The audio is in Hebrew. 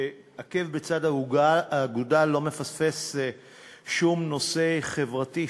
שבעקב בצד אגודל לא מפספס שום נושא חברתי.